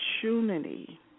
opportunity